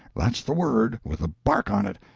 that's the word, with the bark on it.